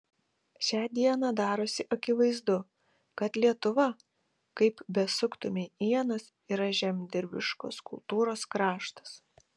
šią dieną darosi akivaizdu kad lietuva kaip besuktumei ienas yra žemdirbiškos kultūros kraštas